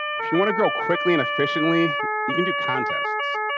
if you want to grow quickly and efficiently you can do contests.